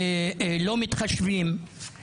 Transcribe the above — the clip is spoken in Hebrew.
לא מתחשבים.